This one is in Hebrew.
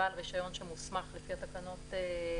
בעל רישיון שמוסמך לפי תקנות לבדוק את המתקן.